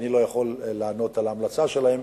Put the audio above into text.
שאני לא יכול לענות על ההמלצה שלהם,